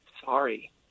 sorry